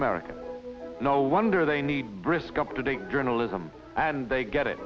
america no wonder they need brisk up to date journalism and they get it